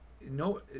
no